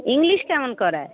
English কেমন করায়